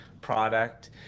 product